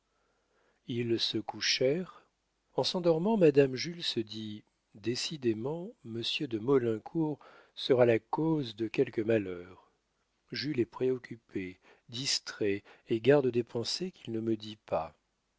ils se couchèrent en s'endormant madame jules se dit décidément monsieur de maulincour sera la cause de quelque malheur jules est préoccupé distrait et garde des pensées qu'il ne me dit pas